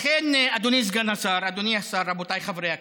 אדוני סגר השר, אדוני השר, רבותיי חברי הכנסת,